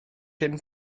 cyn